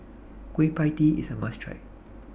Kueh PIE Tee IS A must Try